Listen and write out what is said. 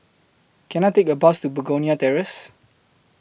Can I Take A Bus to Begonia Terrace